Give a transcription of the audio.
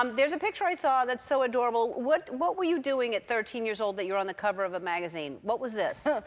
um there's a picture i saw that's so adorable. what what were you doing at thirteen years old that you were on the cover of a magazine? what was this?